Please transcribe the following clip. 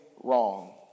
wrong